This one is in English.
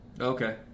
Okay